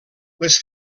les